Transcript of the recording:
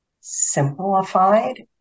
simplified